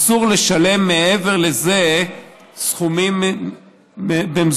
אסור לשלם מעבר לזה סכומים במזומן.